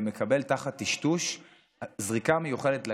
ומקבל תחת טשטוש זריקה מיוחדת לגב,